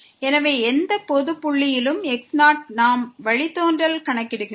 எனவே எந்த பொது புள்ளி x0யிலும் நாம் வழித்தோன்றலை கணக்கிடுகிறோம்